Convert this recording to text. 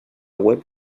web